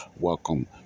Welcome